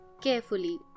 carefully